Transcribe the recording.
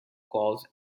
calls